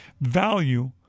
value